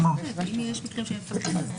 --- אבל אם יש מקרים שהם מפקחים אז צריך.